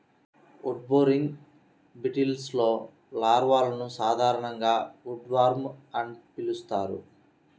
wood boring బీటిల్స్లో లార్వాలను సాధారణంగా ఉడ్వార్మ్ అని పిలుస్తారు